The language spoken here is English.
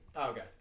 Okay